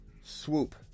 swoop